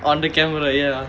on the camera ya